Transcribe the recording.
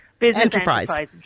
enterprise